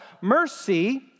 Mercy